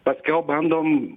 paskiau bandom